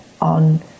on